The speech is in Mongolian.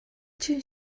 чинь